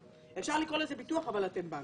אפשר לקרוא לזה ביטוח, אבל אתם בנק.